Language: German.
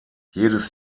jedes